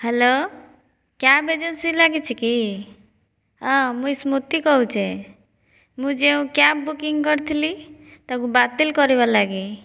hello cab agency ଲାଗିଛି କି ହଁ ମୁଇଁ ସ୍ମୃତି କହୁଛେ ମୁଁ ଯେଉଁ କ୍ୟାବ୍ ବୁକିଂ କରିଥିଲି ତାକୁ ବାତିଲ କରିବା ଲାଗି